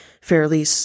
fairly